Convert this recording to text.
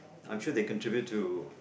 I'm sure they contribute to